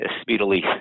speedily